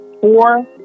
four